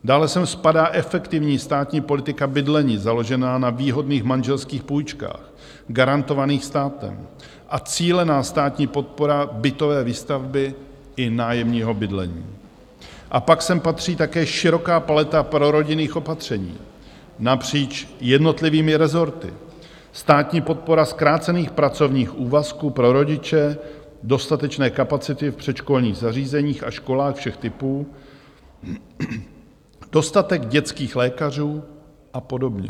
Dále sem spadá efektivní státní politika bydlení založená na výhodných manželských půjčkách garantovaných státem a cílená státní podpora bytové výstavby i nájemního bydlení, a pak sem patří také široká paleta prorodinných opatření napříč jednotlivými rezorty, státní podpora zkrácených pracovních úvazků pro rodiče, dostatečné kapacity v předškolních zařízeních a školách všech typů, dostatek dětských lékařů a podobně.